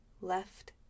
Left